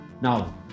Now